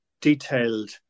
detailed